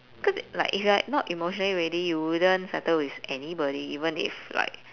because like if you're not emotionally ready you wouldn't settle with anybody even if like